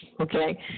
Okay